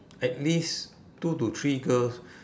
at least two to three girls